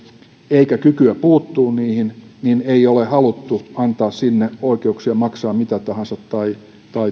eikä kykyä puuttua niihin niin ei ole haluttu antaa sinne oikeuksia maksaa mitä tahansa tai teettää vaikka